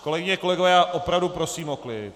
Kolegyně, kolegové, já opravdu prosím o klid.